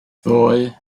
ddoe